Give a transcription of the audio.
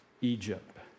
Egypt